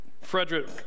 Frederick